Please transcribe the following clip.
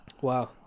Wow